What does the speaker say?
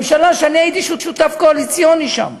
ממשלה שאני הייתי שותף קואליציוני בה,